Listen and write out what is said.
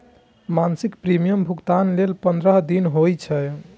मासिक प्रीमियम भुगतान लेल पंद्रह दिन होइ छै